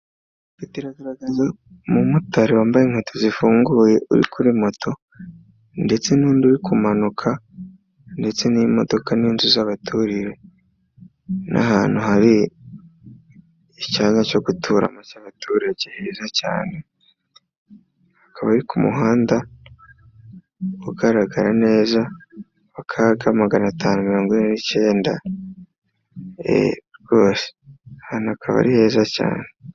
Umumotari wambaye inkweto zifunguye uri kuri moto ndetse n'undi uri kumanuka ndetse n'imodoka n'inzu z'abaturire, n'ahantu hariza icyanya cyo guturamo heza cyane akaba ku muhanda ugaragara nezagana atanuecnda rwose aha hantu akaba ari heza cyane.